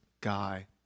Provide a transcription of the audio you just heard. guy